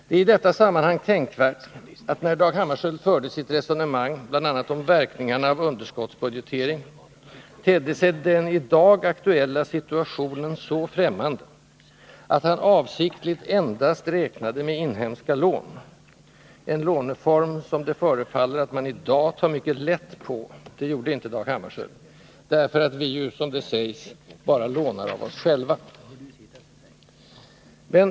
Det är i detta sammanhang tänkvärt att när Dag Hammarskjöld förde sitt resonemang bl.a. om verkningarna av underskottsbudgetering, tedde sig den i dag aktuella situationen så främmande, att han avsiktligt endast räknade med inhemska lån, en låneform som man i dag förefaller att ta mycket lätt på — det gjorde inte Dag Hammarskjöld — därför att vi ju, som det sägs, bara lånar av oss själva.